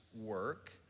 work